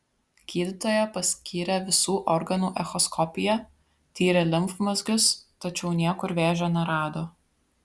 gydytoja paskyrė visų organų echoskopiją tyrė limfmazgius tačiau niekur vėžio nerado